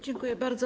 Dziękuję bardzo.